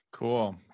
Cool